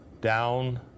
down